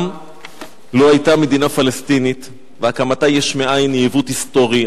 לא היתה מדינה פלסטינית והקמתה יש מאין היא עיוות היסטורי,